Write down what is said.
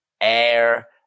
air